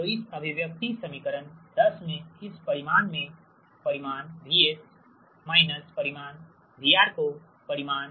तो इस अभिव्यक्ति समीकरण 10 में इस परिमाण में परिमाण VS माइनस परिमाण VR को परिमाण